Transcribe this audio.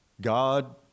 God